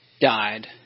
died